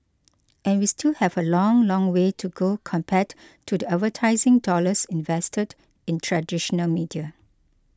and we still have a long long way to go compared to the advertising dollars invested in traditional media